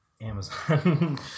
Amazon